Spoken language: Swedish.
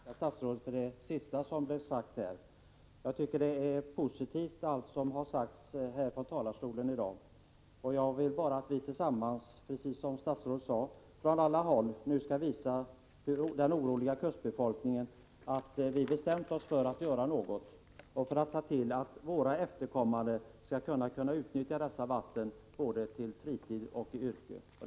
Herr talman! Jag tackar statsrådet för det sista som här blev sagt. Jag tycker att allt som i dag har framförts från talarstolen är positivt. Jag vill att vi nu från alla håll, precis som statsrådet sade, tillsammans skall visa den oroliga kustbefolkningen att vi bestämt oss för att göra något för att se till att våra efterkommande skall kunna utnyttja dessa vatten, både för fritidsändamål och yrkesmässigt.